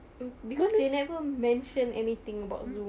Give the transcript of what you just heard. mm because they never mention anything about Zoom